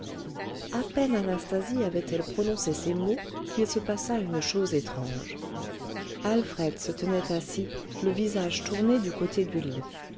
à peine anastasie avait-elle prononcé ces mots qu'il se passa une chose étrange alfred se tenait assis le visage tourné du côté du lit